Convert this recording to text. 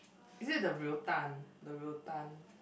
is it the ryotan the ryotan